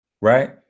right